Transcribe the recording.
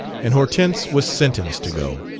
and hortense was sentenced to go.